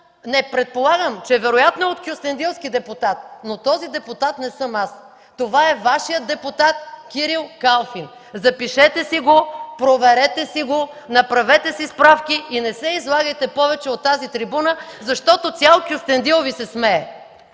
не, предполагам, че вероятно е от кюстендилски депутат, но този депутат не съм аз. Това е Вашият депутат Кирил Калфин. Запишете си го, проверете си го, направете си справки и не се излагайте повече от тази трибуна, защото цял Кюстендил Ви се смее.